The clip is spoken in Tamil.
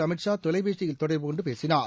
அமித்ஷா தொலைபேசியில் தொடர்புகொண்டு பேசினார்